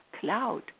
cloud